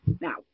Now